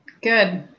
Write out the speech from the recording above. good